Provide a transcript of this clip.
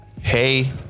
Hey